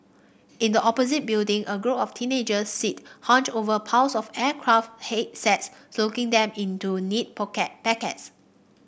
in the opposite building a group of teenagers sit hunched over piles of aircraft headsets slotting them into neat packets